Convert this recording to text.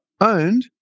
owned